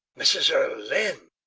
mrs. erlynne!